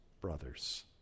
brothers